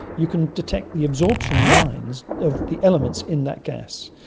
you can detect the absorption lines of the elements in that gas,